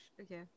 okay